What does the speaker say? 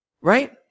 Right